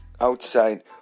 outside